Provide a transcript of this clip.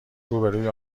روبهروی